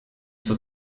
zur